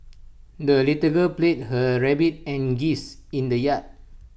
the little girl played her rabbit and geese in the yard